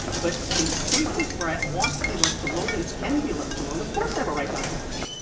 but in spaces where i want to be left alone and can be left alone, of course i have a right not to listen.